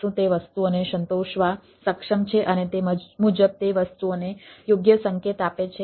શું તે વસ્તુઓને સંતોષવા સક્ષમ છે અને તે મુજબ તે વસ્તુઓને યોગ્ય સંકેત આપે છે